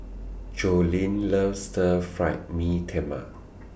Joleen loves Stir Fried Mee Tai Mak